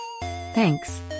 Thanks